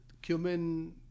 Cumin